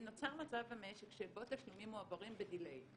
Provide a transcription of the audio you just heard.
נוצר מצב במשק שבו תשלומים מועברים בדיליי,